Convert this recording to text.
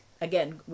again